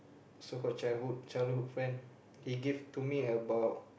so called childhood childhood friend he give to me about